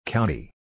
County